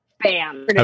Bam